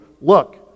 look